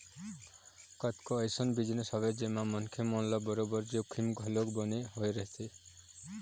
कतको अइसन बिजनेस हवय जेमा मनखे मन ल बरोबर जोखिम घलोक बने होय रहिथे